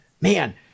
man